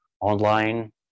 online